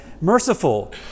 merciful